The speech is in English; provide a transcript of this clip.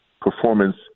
performance